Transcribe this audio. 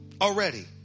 already